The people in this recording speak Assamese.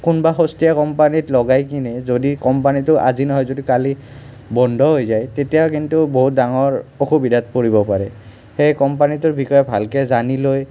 কোনোবা সস্তিয়া কোম্পানীত লগাই কিনে যদি কম্পানীটো আজি নহয় যদি কালি বন্ধ হৈ যায় তেতিয়া কিন্তু বহুত ডাঙৰ অসুবিধাত পৰিব পাৰে সেয়ে কম্পানীটোৰ বিষয়ে ভালকৈ জানি লৈ